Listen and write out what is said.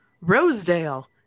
Rosedale